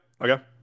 okay